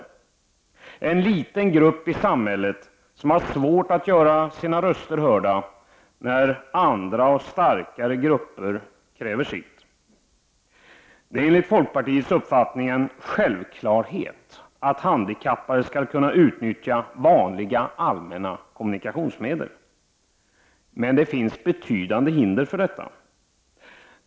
De utgör en liten grupp i samhället och har svårt att göra sina röster hörda när andra och starkare grupper kräver sitt. Det är enligt folkpartiets uppfattning en självklarhet att handikappade skall kunna utnyttja vanliga allmänna kommunikationsmedel. Men det finns betydande hinder för detta.